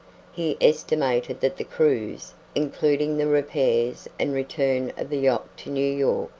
he estimated that the cruise, including the repairs and return of the yacht to new york,